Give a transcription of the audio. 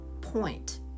point